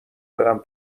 برم